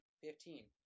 Fifteen